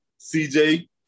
CJ